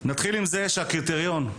הקריטריון,